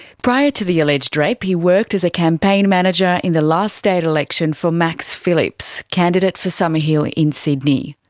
prior to the alleged rape he worked as a campaign manager in the last state election for max phillips, candidate for summer hill in sydney.